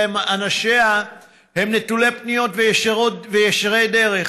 שאנשיה הם נטולי פניות וישרי דרך,